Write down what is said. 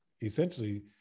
essentially